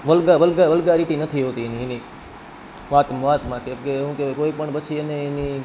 vulgar vulgar vulgarity નથી હોતી એની વાતમાં કે શું કહેવાય કે કોઈપણ પછી એની